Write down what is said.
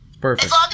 Perfect